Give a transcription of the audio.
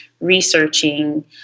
researching